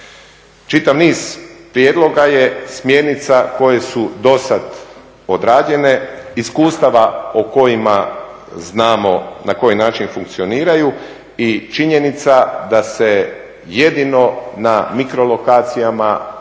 Čitav niz prijedloga je smjernica koje su do sada odrađene, iskustava o kojima znamo na koji način funkcioniraju i činjenica da se jedino na mikrolokacijama putem